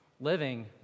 living